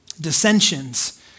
Dissensions